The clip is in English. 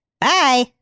Bye